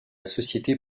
société